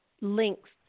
links